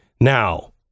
Now